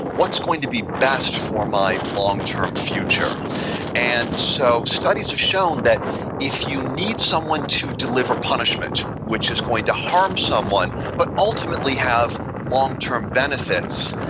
what's going to be best for my long-term future and so, studies have shown that if you need someone to deliver punishment, which is going to harm someone, but ultimately have long-term benefits,